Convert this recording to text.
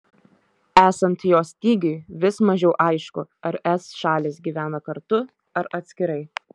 esant jo stygiui vis mažiau aišku ar es šalys gyvena kartu ar atskirai